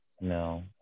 No